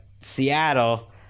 Seattle